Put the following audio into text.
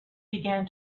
began